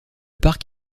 parc